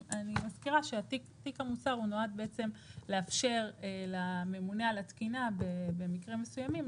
אני מזכירה שתיק המוצר נועד לאפשר לממונה על התקינה במקרים מסוימים,